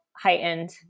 heightened